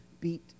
beat